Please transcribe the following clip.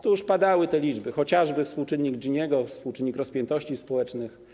Tu już padały te liczby, chociażby współczynnik Giniego, współczynnik rozpiętości społecznych.